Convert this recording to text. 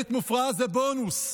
ישראלית מופלאה, הם בונוס.